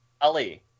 ali